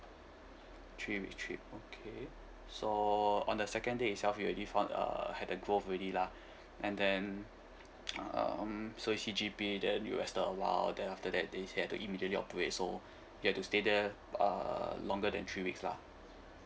three week three okay so on the second day itself you already found uh had a growth already lah and then um so E_C_G_P that you as don't allow then after that they say you had to immediately operate so you had to stay there uh longer than three weeks lah